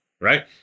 right